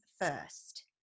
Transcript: first